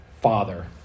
father